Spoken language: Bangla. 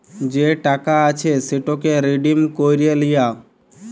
যে টাকা আছে সেটকে রিডিম ক্যইরে লিয়া